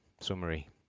Summary